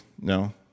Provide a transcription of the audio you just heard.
No